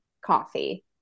coffee